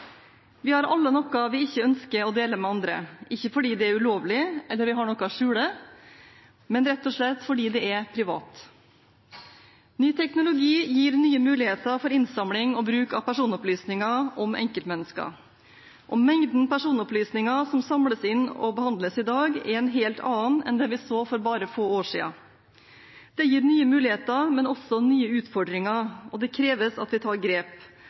Vi har alle noe vi ikke ønsker å dele med andre, ikke fordi det er ulovlig eller at vi har noe å skjule, men rett og slett fordi det er privat. Ny teknologi gir nye muligheter for innsamling og bruk av personopplysninger om enkeltmennesker. Mengden personopplysninger som samles inn og behandles i dag, er en helt annen enn det vi så for bare få år siden. Det gir nye muligheter, men også nye utfordringer, og det kreves at vi tar grep.